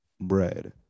bread